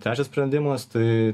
trečias sprendimas tai